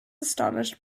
astonished